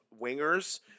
wingers